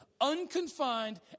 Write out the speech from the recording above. unconfined